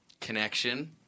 connection